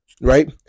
Right